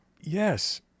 Yes